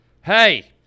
Hey